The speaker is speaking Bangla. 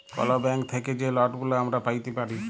কল ব্যাংক থ্যাইকে যে লটগুলা আমরা প্যাইতে পারি